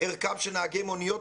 מערכם של נהגי מוניות,